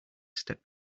step